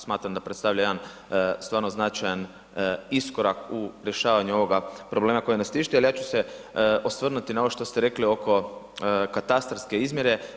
Smatram da predstavlja jedan stvarno značajan iskorak u rješavanju ovoga problema koji nas tišti, ali ja ću se osvrnuti na ovo što ste rekli oko katastarske izmjere.